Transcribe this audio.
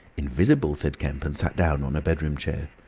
invisible! said kemp, and sat down on a bedroom chair.